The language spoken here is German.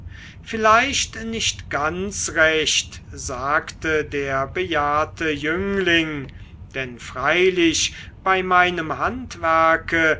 vielleicht nicht ganz recht sagte der bejahrte jüngling denn freilich bei meinem handwerke